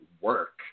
work